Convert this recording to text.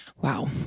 Wow